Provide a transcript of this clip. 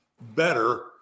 better